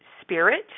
spirit